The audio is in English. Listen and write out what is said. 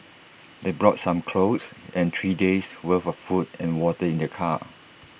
they brought some clothes and three days' worth of food and water in their car